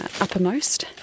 uppermost